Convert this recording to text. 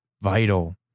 vital